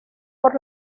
por